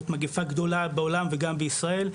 זאת מגפה גדולה בעולם וגם בישראל.